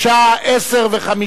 בשעה 10:05,